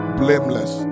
blameless